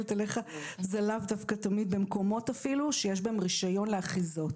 זה לאו דווקא תמיד במקומות אפילו שיש בהם רישיון לאחיזות.